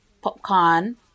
popcorn